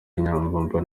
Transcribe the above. nyamvumba